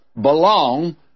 belong